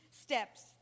steps